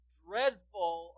dreadful